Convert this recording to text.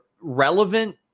relevant